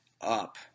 up